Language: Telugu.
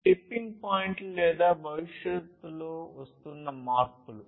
టిప్పింగ్ పాయింట్లు లేదా భవిష్యత్తులో వస్తున్న మార్పులు